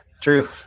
true